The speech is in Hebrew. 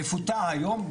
מפוטר היום,